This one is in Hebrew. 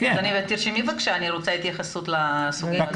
תרשמי, אני רוצה התייחסות לסוגיה הזאת.